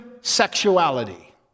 sexuality